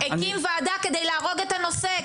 הקים ועדה כדי להרוג את הנושא,